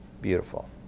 Beautiful